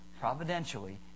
providentially